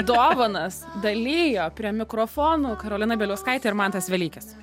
dovanas dalijo prie mikrofonų karolina bieliauskaitė ir mantas velykis